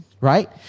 right